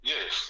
Yes